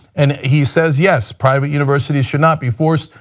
and he says, yes, private universities should not be forced,